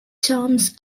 charms